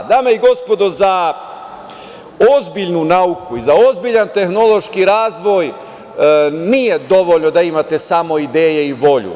Dame i gospodo, za ozbiljnu nauku i za ozbiljan tehnološki razvoj nije dovoljno da imate samo ideje i volju.